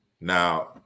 Now